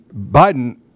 Biden